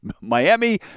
Miami